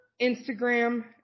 Instagram